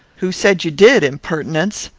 who said you did, impertinence?